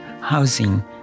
housing